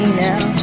now